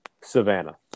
Savannah